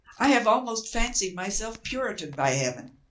i have almost fan cied myself puritan, by heaven.